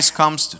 comes